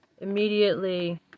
immediately